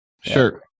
Sure